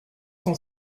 cent